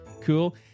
Cool